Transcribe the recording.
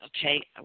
okay